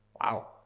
Wow